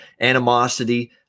animosity